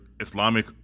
Islamic